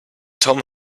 tom